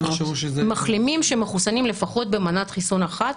מחלימים שמחוסנים לפחות במנת חיסון אחת,